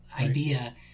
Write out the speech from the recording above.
idea